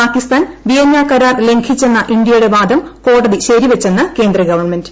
Pakistan Vienna കരാർ ലംഘിച്ചെന്ന ഇന്ത്യയുടെ വാദം കോടതി ശരിവച്ചെന്ന് കേന്ദ്ര ഗവൺമെൻ്റ്